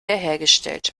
hergestellt